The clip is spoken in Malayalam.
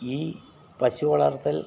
ഈ പശു വളർത്തൽ